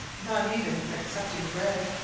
not even excepting bread,